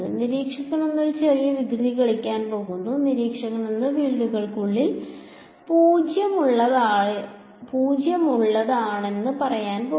നിരീക്ഷകൻ 1 ഒരു ചെറിയ വികൃതി കളിക്കാൻ പോകുന്നു നിരീക്ഷകൻ 1 ഫീൽഡുകൾ ഉള്ളിൽ 0 ആണെന്ന് പറയാൻ പോകുന്നു